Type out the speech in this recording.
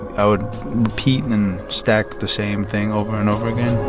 i would repeat and stack the same thing over and over again